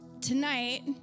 tonight